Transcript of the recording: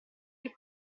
che